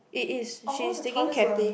it is she is taking Cathay